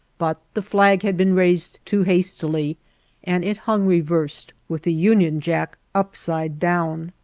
but the flag had been raised too hastily and it hung reversed, with the union jack upside down,